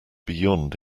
beyond